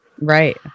right